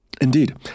Indeed